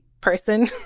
person